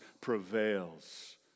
prevails